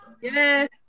Yes